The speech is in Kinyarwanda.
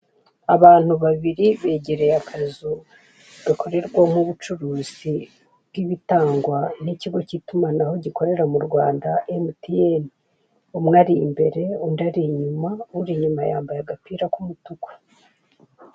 Abantu babiri begereye akazu gakorerwamo ubucuruzi bw'ibitangwa n'ikigo cy'itumanaho gikorera mu Rwanda MTN umwe ari imbere undi ari inyuma uri inyuma yambaye agapira k'umutuku.